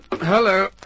Hello